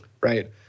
right